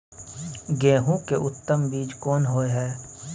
गेहूं के उत्तम बीज कोन होय है?